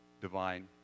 divine